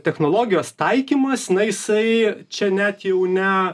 technologijos taikymas na jisai čia net jau ne